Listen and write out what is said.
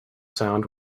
sound